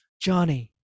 Johnny